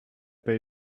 they